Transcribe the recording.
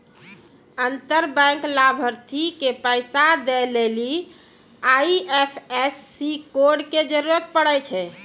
अंतर बैंक लाभार्थी के पैसा दै लेली आई.एफ.एस.सी कोड के जरूरत पड़ै छै